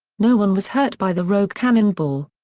no one was hurt by the rogue cannonball.